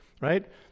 right